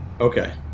Okay